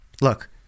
look